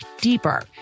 deeper